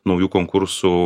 naujų konkursų